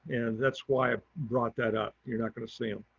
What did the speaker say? and that's why i brought that up. you're not going to see um